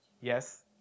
Yes